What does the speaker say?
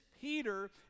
Peter